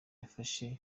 yafashe